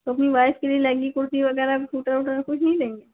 तो अपनी वाइफ के लिए लैगी कुर्ती वग़ैरह सूटर वूटर कुछ नहीं लेंगे